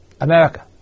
America